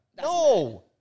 No